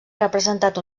representat